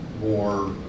more